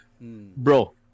Bro